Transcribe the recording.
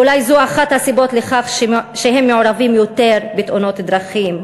ואולי זו אחת הסיבות לכך שהם מעורבים יותר בתאונות דרכים,